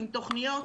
עם תוכניות,